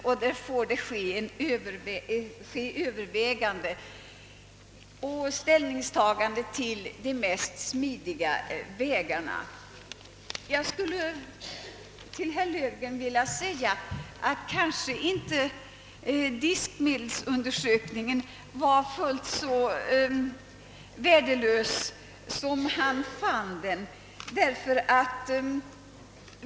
Härvidlag får man efter noggrant övervägande ta ställning till vilka vägar som kan vara de smidigaste. Till herr Löfgren skulle jag vilja säga att diskmaskinsundersökningen kanske inte var så värdelös som han fann den.